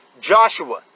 Joshua